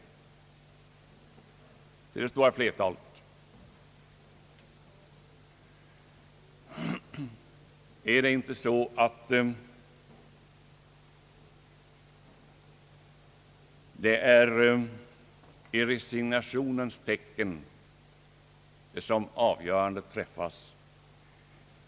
Det är i resignationens tecken som avgörandet träffas.